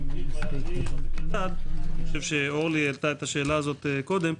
רציתי לדעת מהם ה-25% הנותרים?